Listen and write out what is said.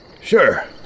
Sure